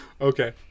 Okay